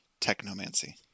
technomancy